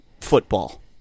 football